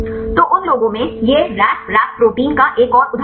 तो उन लोगों में यह रास रैप प्रोटीन का एक और उदाहरण है